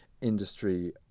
Industry